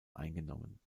eingenommen